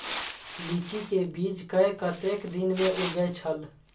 लीची के बीज कै कतेक दिन में उगे छल?